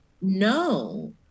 No